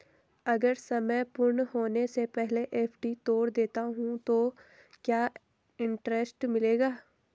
अगर समय पूर्ण होने से पहले एफ.डी तोड़ देता हूँ तो क्या इंट्रेस्ट मिलेगा?